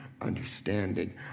understanding